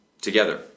together